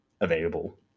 available